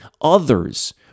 others